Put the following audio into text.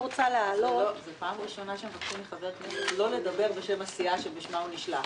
זו פעם ראשונה שמבקשים מחבר כנסת לא לדבר בשם הסיעה שבשמה הוא נשלח.